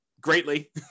greatly